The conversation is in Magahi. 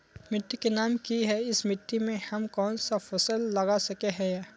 मिट्टी के नाम की है इस मिट्टी में हम कोन सा फसल लगा सके हिय?